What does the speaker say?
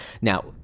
Now